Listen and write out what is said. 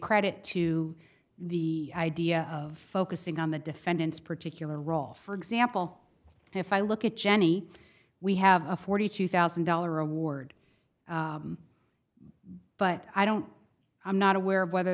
credit to be idea of focusing on the defendant's particular role for example if i look at jenny we have a forty two thousand dollar award but i don't i'm not aware of whether